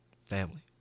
family